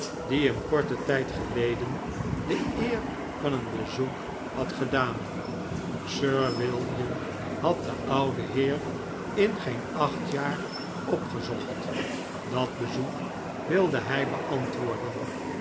die hem korten tijd geleden de eer van een bezoek had gedaan sir william had den ouden heer in geen acht jaar opgezocht dat bezoek wilde hij beantwoorden